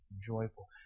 joyful